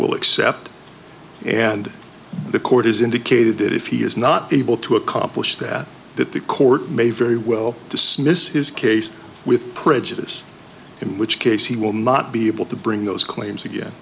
will accept and the court has indicated that if he is not able to accomplish that that the court may very well dismiss his case with prejudice in which case he will not be able to bring those claims again